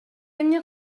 эмне